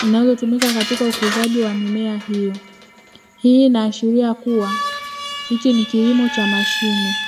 zinazotumika katika ukuzaji wa mimea hiyo. Hii inaashiria kuwa hichi ni kilimo cha mashine.